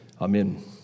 Amen